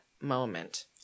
moment